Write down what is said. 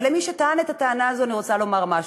אבל למי שטען את הטענה הזו אני רוצה לומר משהו,